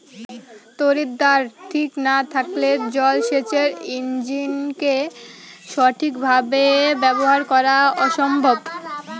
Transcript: তড়িৎদ্বার ঠিক না থাকলে জল সেচের ইণ্জিনকে সঠিক ভাবে ব্যবহার করা অসম্ভব